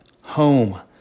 home